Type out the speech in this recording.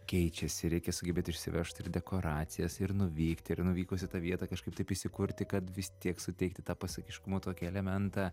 keičiasi reikia sugebėt išsivežt ir dekoracijas ir nuvykti ir nuvykus į tą vietą kažkaip taip įsikurti kad vis tiek suteikti tą pasakiškumo tokį elementą